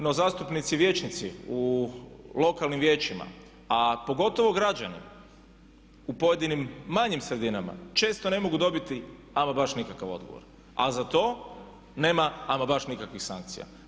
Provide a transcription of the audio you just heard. No, zastupnici vijećnici u lokalnim vijećima, a pogotovo građani u pojedinim manjim sredinama često ne mogu dobiti ama baš nikakav odgovor, a za to nema ama baš nikakvih sankcija.